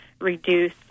reduce